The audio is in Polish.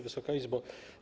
Wysoka Izbo!